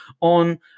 on